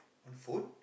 full